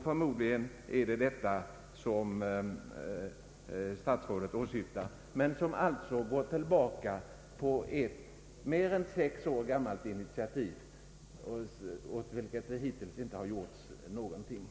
Förmodligen är det denna åtgärd som statsrådet åsyftar, men den går alltså tillbaka på ett mer än sex år gammalt initiativ, som hittills inte föranlett någon åtgärd.